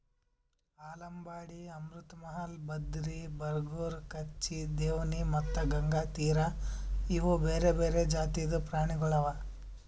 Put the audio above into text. ಆಲಂಬಾಡಿ, ಅಮೃತ್ ಮಹಲ್, ಬದ್ರಿ, ಬರಗೂರು, ಕಚ್ಚಿ, ದೇವ್ನಿ ಮತ್ತ ಗಂಗಾತೀರಿ ಇವು ಬೇರೆ ಬೇರೆ ಜಾತಿದು ಪ್ರಾಣಿಗೊಳ್ ಅವಾ